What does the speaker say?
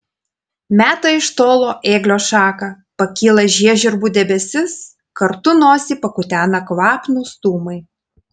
meta iš tolo ėglio šaką pakyla žiežirbų debesis kartu nosį pakutena kvapnūs dūmai